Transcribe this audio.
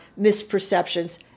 misperceptions